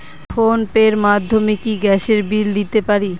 Phone pay র মাধ্যমে কি গ্যাসের বিল দিতে পারি?